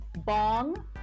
Bong